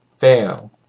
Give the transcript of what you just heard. fail